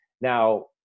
now